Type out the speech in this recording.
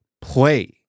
play